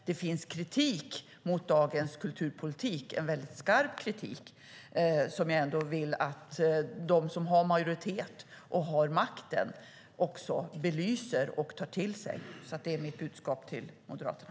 Det finns en kritik mot dagens kulturpolitik, en väldigt skarp kritik, som jag vill att de som har majoritet och har makten belyser och tar till sig. Det är mitt budskap till Moderaterna.